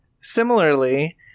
similarly